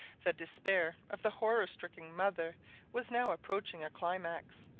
the despair of the horror-stricken mother was now approaching a climax.